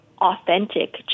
authentic